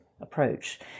approach